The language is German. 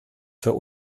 für